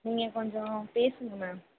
நீங்கள் கொஞ்சம் பேசுங்கள் மேம்